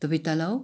धोबी तलाउ